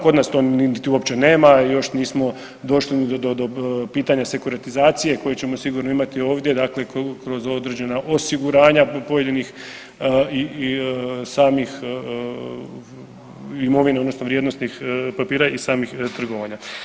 Kod nas to niti uopće nema još nismo došli ni do pitanja sekuratizacije koje ćemo sigurno imati ovdje dakle kroz određena osiguranja pojedinih samih imovine odnosno vrijednosnih papira i samih trgovanja.